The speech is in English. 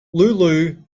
lulu